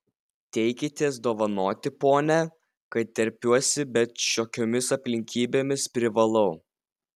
teikitės dovanoti pone kad terpiuosi bet šiokiomis aplinkybėmis privalau